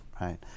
right